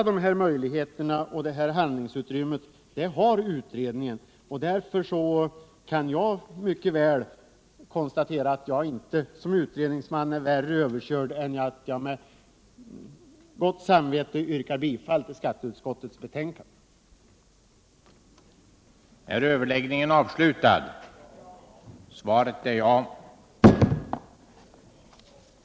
Det handlingsutrymme alla dessa möjligheter ger har utredningen, och därför kan jag mycket väl som utredningsman konstatera att jag inte är värre överkörd än att jag med gott samvete kan yrka bifall till hemställan i skatteutskottets betänkande. för skattetillägg den det ej vill röstar nej. den det ej vill röstar nej. den det ej vill röstar nej. för skattetillägg